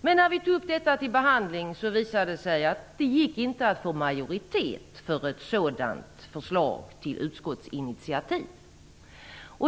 Men när vi tog upp detta till behandling, visade det sig att det inte gick att få majoritet för ett sådant förslag till utskottsinitiativ.